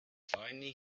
finally